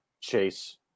Chase